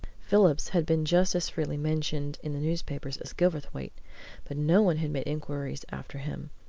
phillips had been just as freely mentioned in the newspapers as gilverthwaite but no one had made inquiries after him,